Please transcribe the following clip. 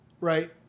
right